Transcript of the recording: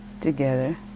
together